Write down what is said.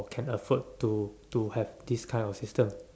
can afford to to have this kind of system